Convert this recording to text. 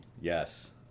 Yes